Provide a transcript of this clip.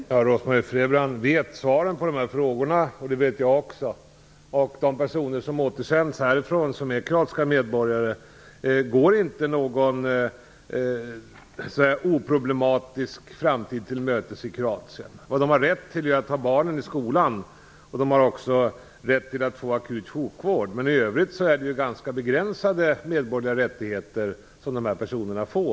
Fru talman! Rose-Marie Frebran vet svaren på de här frågorna, och det vet jag också. De personer som återsänds härifrån och som är kroatiska medborgare går ingen oproblematisk framtid till mötes i Kroatien. De har rätt att ha sina barn i skolan och att få akut sjukvård. I övrigt är dessa personers medborgerliga rättigheter ganska begränsade.